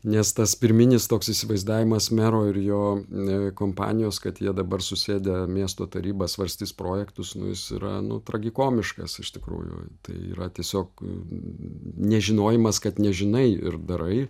nes tas pirminis toks įsivaizdavimas mero ir jo kompanijos kad jie dabar susėdę miesto taryba svarstys projektus nu jis yra nu tragikomiškas iš tikrųjų tai yra tiesiog nežinojimas kad nežinai ir darai